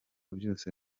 byose